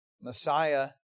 Messiah